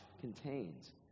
contains